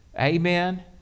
Amen